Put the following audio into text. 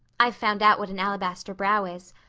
i've found out what an alabaster brow is.